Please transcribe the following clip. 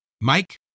Mike